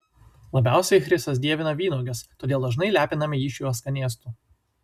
labiausiai chrisas dievina vynuoges todėl dažnai lepiname jį šiuo skanėstu